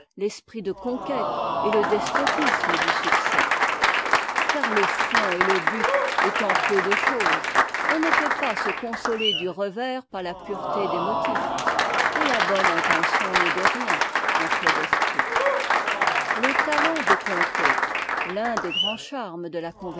t'esprit de conquête et le despotisme du succès car le fond et le but étant peu de chose on ne peut pas se consoler du revers par la pureté des motifs et la bonne intention n'est de rien en fait d'esprit le talent de conter l'un des grands charmes de la